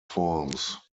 forms